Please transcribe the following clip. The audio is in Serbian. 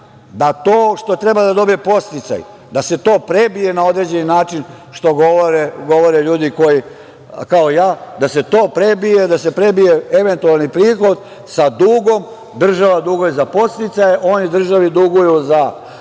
da to što treba da dobije podsticaj, da se to prebije na određeni način, što govore ljudi kao ja, da se to prebije, da se prebije eventualni prihod sa dugom. Država duguje za podsticaje, oni državi duguju za PIO